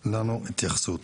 הבאה.